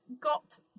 got